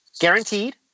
guaranteed